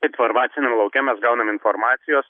informaciniam lauke mes gaunam informacijos